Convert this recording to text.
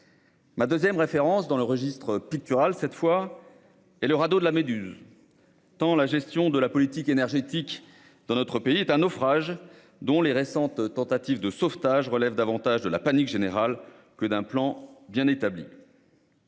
Ma deuxième référence, empruntée cette fois au registre pictural, est, tant la gestion de la politique énergétique dans notre pays est un naufrage, dont les récentes tentatives de sauvetage relèvent davantage de la panique générale que d'un plan bien établi.